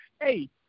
hey